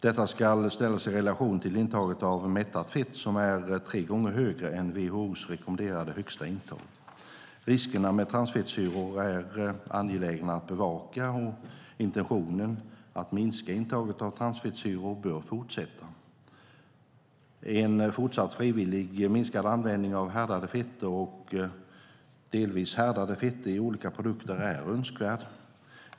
Detta ska ställas i relation till intaget av mättat fett som är 3 gånger högre än WHO:s rekommenderad högsta intag. Riskerna med transfettsyror är angelägna att bevaka, och intentionen att minska intaget av transfettsyror bör fortsätta. En i fortsättningen frivillig minskad användning av härdade fetter och delvis härdade fetter i olika produkter är önskvärd.